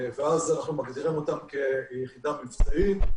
ואז אנחנו מגדירים אותם כיחידה מבצעית.